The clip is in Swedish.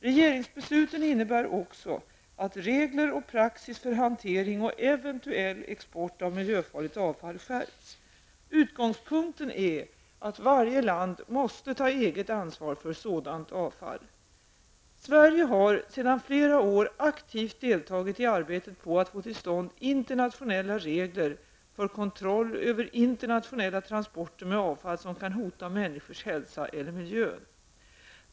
Regeringsbesluten innebär också att regler och praxis för hantering och eventuell export av miljöfarligt avfall skärps. Utgångspunkten är att varje land måste ta ett eget ansvar för sådant avfall. Sverige har sedan flera år aktivt deltagit i arbetet på att få till stånd internationella regler för kontroll över internationella transporter med avfall som kan hota människors hälsa eller miljön.